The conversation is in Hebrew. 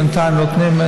בינתיים נותנים.